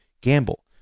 gamble